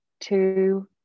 two